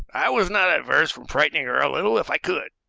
i was not averse from frightening her a little if i could.